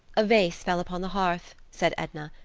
a vase fell upon the hearth, said edna.